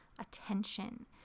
attention